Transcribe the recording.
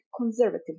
conservative